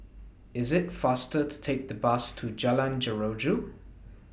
IS IT faster to Take The Bus to Jalan Jeruju